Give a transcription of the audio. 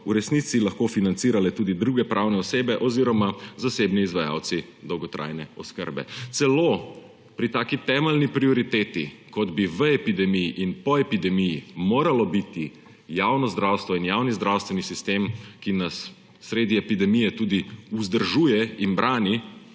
v resnici lahko financirale tudi druge pravne osebe oziroma zasebni izvajalci dolgotrajne oskrbe. Celo pri taki temelji prioriteti, kot bi v epidemiji in po epidemiji moralo biti javno zdravstvo in javni zdravstveni sistem, ki nas sredi epidemije tudi vzdržuje in brani,